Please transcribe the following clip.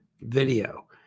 video